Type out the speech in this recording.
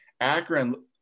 Akron